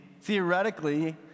theoretically